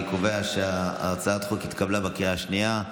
אני קובע שהצעת החוק התקבלה בקריאה השנייה.